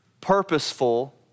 purposeful